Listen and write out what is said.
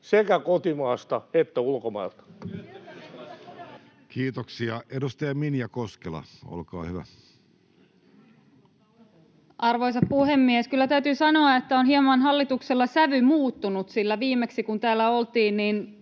— Puolitoista vuotta odoteltu!] Kiitoksia. — Edustaja Minja Koskela, olkaa hyvä. Arvoisa puhemies! Kyllä täytyy sanoa, että on hieman hallituksella sävy muuttunut, sillä viimeksi, kun täällä oltiin,